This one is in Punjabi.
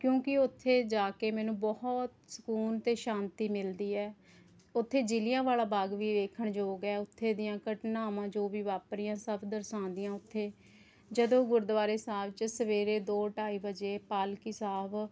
ਕਿਉਂਕਿ ਉੱਥੇ ਜਾ ਕੇ ਮੈਨੂੰ ਬਹੁਤ ਸਕੂਨ ਅਤੇ ਸ਼ਾਤੀ ਮਿਲਦੀ ਹੈ ਉੱਥੇ ਜਲ੍ਹਿਆਂਵਾਲਾ ਬਾਗ ਵੀ ਵੇਖਣਯੋਗ ਹੈ ਉੱਥੇ ਦੀਆਂ ਘਟਨਾਵਾਂ ਜੋ ਵੀ ਵਾਪਰੀਆਂ ਸਭ ਦਰਸਾਉਂਦੀਆਂ ਉੱਥੇ ਜਦੋਂ ਗੁਰਦੁਆਰੇ ਸਾਹਿਬ 'ਚ ਸਵੇਰੇ ਦੋ ਢਾਈ ਵਜੇ ਪਾਲਕੀ ਸਾਹਿਬ